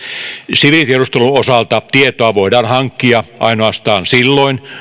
siviilitiedustelun osalta tietoa voidaan hankkia ainoastaan silloin